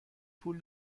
پول